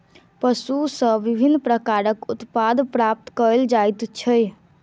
पशु सॅ विभिन्न प्रकारक उत्पाद प्राप्त कयल जाइत छै